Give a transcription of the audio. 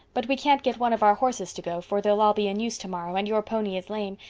but we can't get one of our horses to go, for they'll all be in use tomorrow, and your pony is lame.